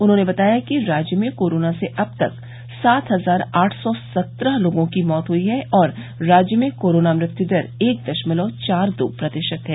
उन्होंने बताया कि राज्य में कोरोना से अब तक सात हजार आठ सौ सत्रह लोगों की मौत हुई है और राज्य में कोरोना मृत्युदर एक दशमलव चार दो प्रतिशत है